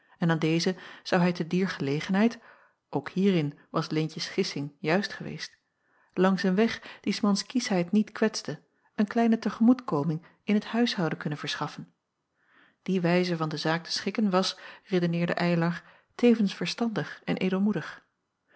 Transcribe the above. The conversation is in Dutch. en aan dezen zou hij te dier gelegenheid ook hierin was leentjes gissing juist geweest langs een weg die s mans kiesheid niet kwetste een kleine te gemoet koming in het huishouden kunnen verschaffen die wijze van de zaak te schikken was redeneerde eylar tevens verstandig en edelmoedig